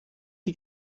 die